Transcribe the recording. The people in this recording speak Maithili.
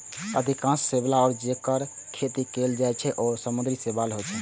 अधिकांश शैवाल, जेकर खेती कैल जाइ छै, ओ समुद्री शैवाल होइ छै